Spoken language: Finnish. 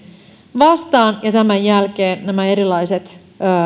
vastaan ja tämän jälkeen nämä erilaiset